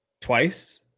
twice